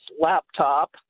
laptop